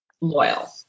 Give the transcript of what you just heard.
loyal